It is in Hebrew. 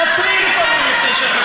תעצרי לפעמים לפני שאת,